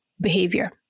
behavior